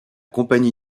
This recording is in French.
compagnie